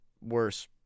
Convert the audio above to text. worse